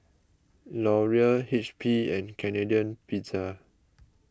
Laurier H P and Canadian Pizza